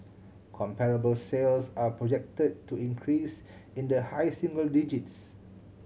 comparable sales are projected to increase in the high single digits